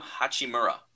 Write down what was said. Hachimura